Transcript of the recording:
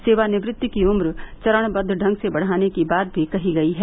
सेवानिवृत्ति की उम्र चरणबद्व ढंग से बढ़ाने की बात भी कही गई है